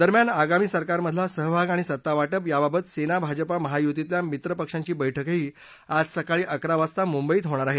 दरम्यान आगामी सरकारमधला सहभाग आणि सत्तावाटप यावावत सेना भाजप महायुतीतल्या मित्रपक्षांची बस्किही आज सकाळी अकरा वाजता मुंबईत होणार आहे